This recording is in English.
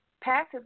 Passive